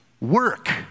work